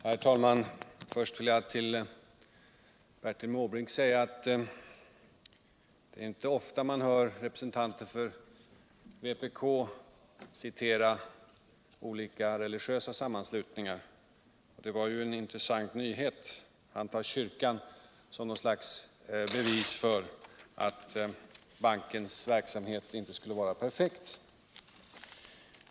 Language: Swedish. Herr talman! Först vill jag till Bertil Måbrink säga: Det är inte ofta man hör representanter för vpk citera religiösa sammanslutningar. Det var en intressant nyhet. Han tar kyrkan som något slags bevis för att bankens verksamhet inte är perfekt.